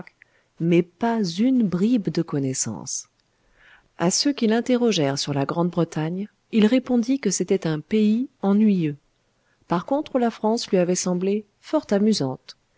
mais pas une bribe de connaissance a ceux qui l'interrogèrent sur la grande-bretagne il répondit que c'était un pays ennuyeux par contre la france lui avait semblé fort amusante